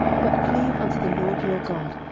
but cleave unto the lord your god,